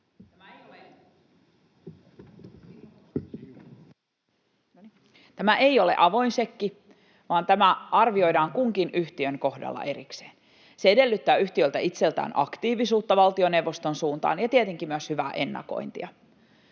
Tämä ei ole siis avoin sekki, vaan tämä arvioidaan kunkin yhtiön kohdalla erikseen. Se edellyttää yhtiöltä itseltään aktiivisuutta valtioneuvoston suuntaan ja tietenkin myös hyvää ennakointia.